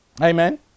Amen